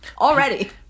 Already